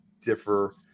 differ